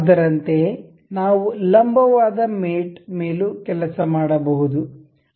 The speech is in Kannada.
ಅದರಂತೆಯೇ ನಾವು ಲಂಬವಾದ ಮೇಟ್ ಮೇಲೂ ಕೆಲಸ ಮಾಡಬಹುದು